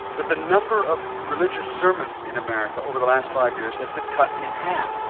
that the number of religious sermons in america over the last five years has been cut in half.